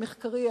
המחקרי,